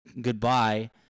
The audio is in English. goodbye